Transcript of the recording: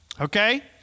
Okay